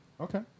Okay